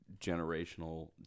generational